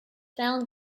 found